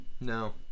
no